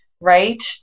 right